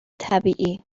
طبیعی